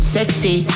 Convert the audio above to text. Sexy